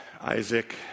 Isaac